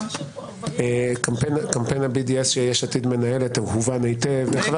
קמפיין ה-BDS ש-יש עתיד מנהלת, הוא מובן היטב.